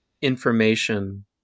information